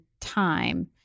time